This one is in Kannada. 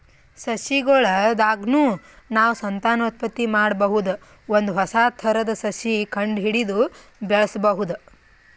ಸಸಿಗೊಳ್ ದಾಗ್ನು ನಾವ್ ಸಂತಾನೋತ್ಪತ್ತಿ ಮಾಡಬಹುದ್ ಒಂದ್ ಹೊಸ ಥರದ್ ಸಸಿ ಕಂಡಹಿಡದು ಬೆಳ್ಸಬಹುದ್